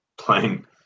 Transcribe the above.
playing